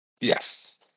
Yes